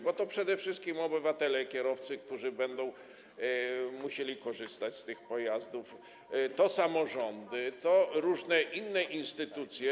Bo tu chodzi przede wszystkim o obywateli kierowców, którzy będą musieli korzystać z tych pojazdów, o samorządy, o różne inne instytucje.